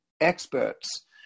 experts